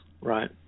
Right